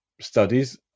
studies